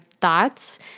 thoughts